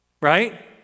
Right